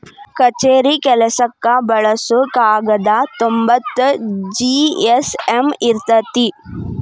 ಕಛೇರಿ ಕೆಲಸಕ್ಕ ಬಳಸು ಕಾಗದಾ ತೊಂಬತ್ತ ಜಿ.ಎಸ್.ಎಮ್ ಇರತತಿ